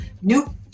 new